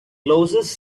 closest